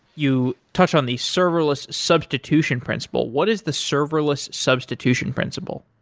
you touched on the serverless substitution principle what is the serverless substitution principle?